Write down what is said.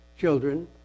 children